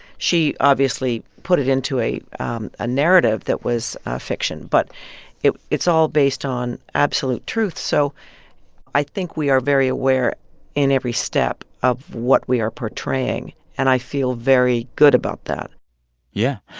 she obviously put it into a ah narrative that was fiction, but it's all based on absolute truth. so i think we are very aware in every step of what we are portraying, and i feel very good about that yeah.